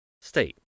state